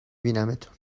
بینمتون